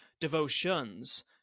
devotions